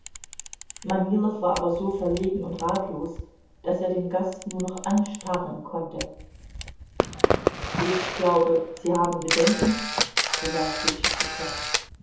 manilow war aber so verlegen und ratlos daß er den gast nur noch anstarren konnte ich glaube sie haben bedenken bemerkte